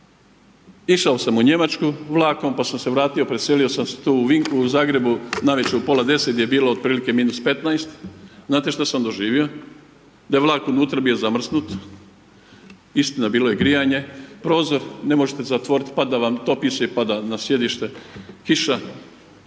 Išao sam u Njemačku vlakom, pa sam se vratio, preselio sam se tu u…/Govornik se ne razumije/…Zagrebu navečer u pola deset je bilo otprilike -15, znate što sam doživio? Da je vlak unutra bio zamrznut, istina bilo je grijanje, prozor ne možete zatvorit, pada vam, topi se i pada na sjedište kiša